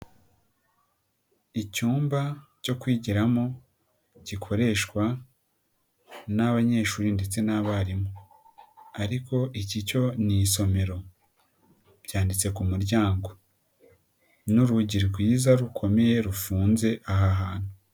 Icyumba cyo kwigiramo gikoreshwa n'abanyeshuri ndetse n'abarimu, ariko iki cyo ni isomero byanditse ku muryango, ni urugi rwiza rukomeye rufunze aha hantu.